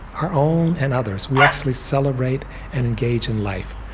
our own and others. we actually celebrate and engage in life.